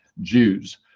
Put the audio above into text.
Jews